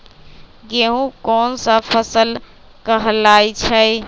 गेहूँ कोन सा फसल कहलाई छई?